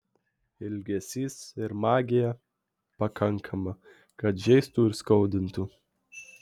ilgesys ir magija pakankama kad žeistų ir skaudintų